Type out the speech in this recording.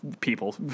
people